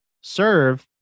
Serve